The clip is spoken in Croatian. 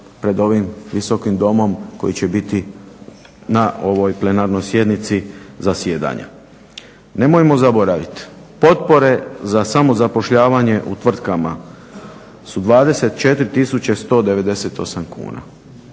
pred ovim Visokim domom koji će biti na ovoj plenarnoj sjednici zasjedanja. Nemojmo zaboraviti potpore za samozapošljavanje u tvrtkama su 24 tisuće 198 kuna.